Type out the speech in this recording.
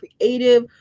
creative